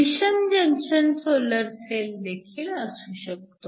विषम junction solar cell देखील असू शकते